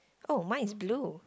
oh mine is blue